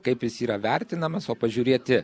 kaip jis yra vertinamas o pažiūrėti